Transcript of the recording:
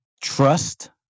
trust